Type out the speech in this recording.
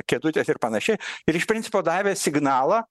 kėdutės ir panašiai ir iš principo davė signalą